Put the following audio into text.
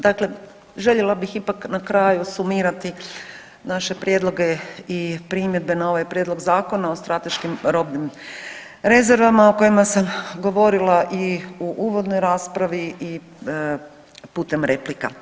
Dakle, željela bih ipak na kraju sumirati naše prijedloge i primjedbe na ovaj Prijedlog zakona o strateškim robnim rezervama o kojima sam govorila i u uvodnoj raspravi i putem replika.